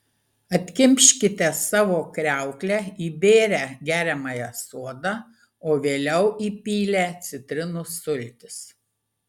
atkimškite savo kriauklę įbėrę geriamąją soda o vėliau įpylę citrinų sultis